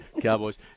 Cowboys